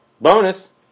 bonus